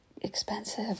expensive